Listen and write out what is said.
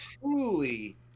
truly